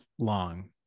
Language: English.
long